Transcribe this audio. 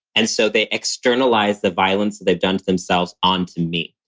and so they externalize the violence that they've done to themselves onto me.